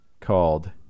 called